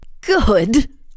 Good